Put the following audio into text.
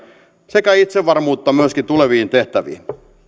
sekä antaa itsevarmuutta myöskin tuleviin tehtäviin